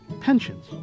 pensions